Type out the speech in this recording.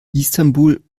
istanbul